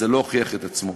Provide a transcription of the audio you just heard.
זה לא הוכיח את עצמו.